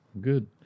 Good